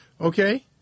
Okay